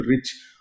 rich